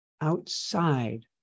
outside